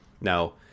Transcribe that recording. Now